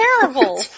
Terrible